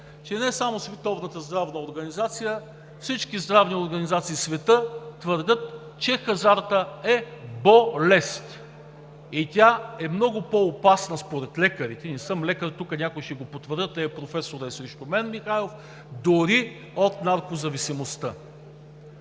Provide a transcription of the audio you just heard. че не само Световната здравна организация, всички здравни организации в света твърдят, че хазартът е бо-лест. И тя е много по-опасна според лекарите – не съм лекар, тук някои ще го потвърдят, ето професор Михайлов е срещу мен, дори от наркозависимостта.